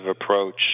approach